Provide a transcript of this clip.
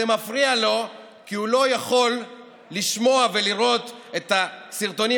זה מפריע לו כי הוא לא יכול לשמוע ולראות את הסרטונים